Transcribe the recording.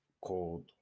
called